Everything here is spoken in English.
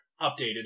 Updated